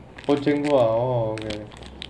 oh cheng hua oh